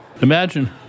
Imagine